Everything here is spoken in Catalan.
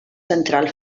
central